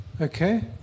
Okay